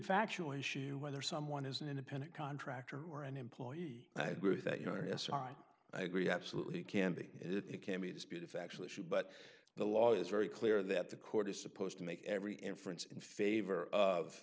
factual issue whether someone is an independent contractor or an employee i agree with that you know yes i agree absolutely can be it can be disputed factual issue but the law is very clear that the court is supposed to make every inference in favor of